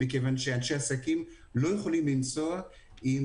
מכיוון שאנשי עסקים לא יכולים לנסוע עם